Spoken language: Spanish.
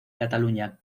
catalunya